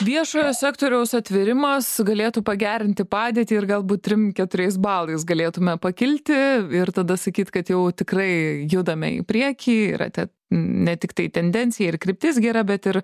viešojo sektoriaus atvėrimas galėtų pagerinti padėtį ir galbūt trim keturiais balais galėtume pakilti ir tada sakyt kad jau tikrai judame į priekį yra ten ne tiktai tendencija ir kryptis gera bet ir